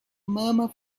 murmur